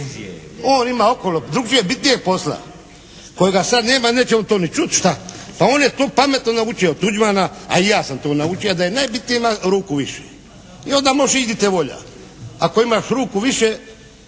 On ima okolo drukčijeg, bitnijeg posla kojega sad nema neće on to ni čut, šta. Pa on je to pametno naučio od Tuđmana, a i ja sam to naučia da je najbitnije imati ruku više. I onda možeš ići di te volja. Ako imaš ruku više